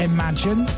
Imagine